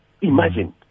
imagine